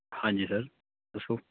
ਹਾਂਜੀ ਸਰ ਦੱਸੋ